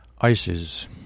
ISIS